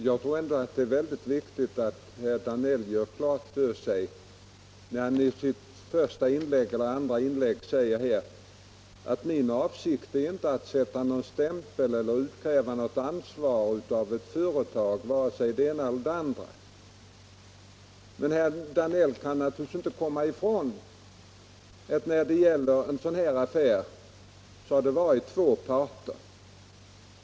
Herr talman! Herr Danell sade i ett av sina inlägg att hans avsikt inte var att sätta någon stämpel på eller utkräva något ansvar av vare sig det ena eller det andra företaget. Men han kan ju inte komma ifrån att det i en sådan här affär finns två parter.